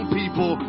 people